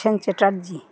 Chatterjee